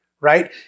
right